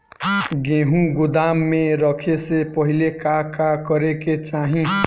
गेहु गोदाम मे रखे से पहिले का का करे के चाही?